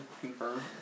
confirm